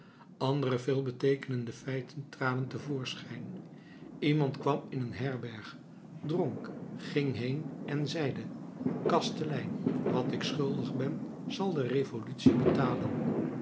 andere veelbeteekenende feiten traden te voorschijn iemand kwam in een herberg dronk ging heen en zeide kastelein wat ik schuldig ben zal de revolutie betalen